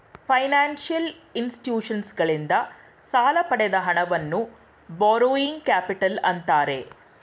financial ಇನ್ಸ್ಟಿಟ್ಯೂಷನ್ಸಗಳಿಂದ ಸಾಲ ಪಡೆದ ಹಣವನ್ನು ಬಾರೋಯಿಂಗ್ ಕ್ಯಾಪಿಟಲ್ ಅಂತ್ತಾರೆ